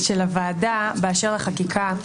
הוועדה באשר לחקיקה.